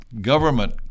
government